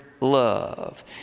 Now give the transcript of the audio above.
love